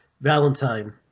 Valentine